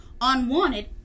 unwanted